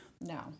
No